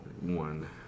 one